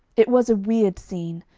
it was a weird scene,